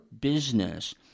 business